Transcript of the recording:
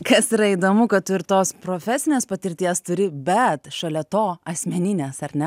kas yra įdomu kad tu ir tos profesinės patirties turi bet šalia to asmeninės ar ne